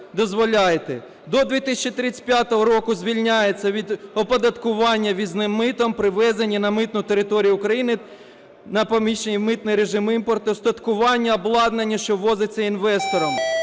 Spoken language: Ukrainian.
До 2035 року звільняються від оподаткування ввізним митом привезені на митну територію України на … (не чути) … митний режим імпорту устаткування, обладнання, що ввозиться інвестором.